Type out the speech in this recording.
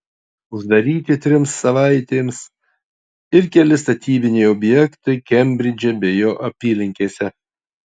uždaryti trims savaitėms ir keli statybiniai objektai kembridže bei jo apylinkėse